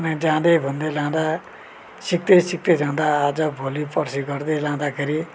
अनि जाँदै भन्दै लाँदा सिक्दै सिक्दै जाँदा आज भोलि पर्सी गर्दै लाँदाखेरि